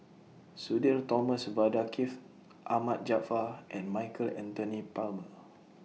Sudhir Thomas Vadaketh Ahmad Jaafar and Michael Anthony Palmer